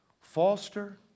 Foster